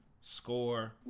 score